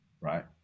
right